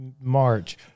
March